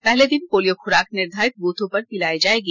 पहले दिन पोलियो खुराक निर्धारित बूथों पर पिलाई जाएगी